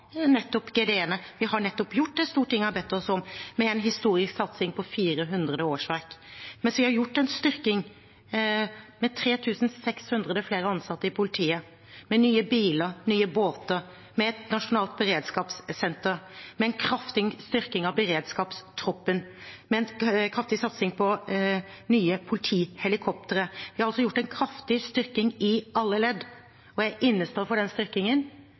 nettopp GDE-ene, vi har nettopp gjort det Stortinget har bedt oss om, med en historisk satsing på 400 årsverk, vi har gjort en styrking med 3 600 flere ansatte i politiet, med nye biler, nye båter, med et nasjonalt beredskapssenter, med en kraftig styrking av beredskapstroppen, med en kraftig satsing på nye politihelikoptre – vi har altså gjort en kraftig styrking i alle ledd. Jeg innestår for den styrkingen,